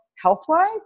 Health-wise